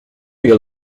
your